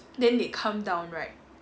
then they come down right